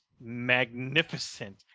magnificent